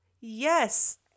yes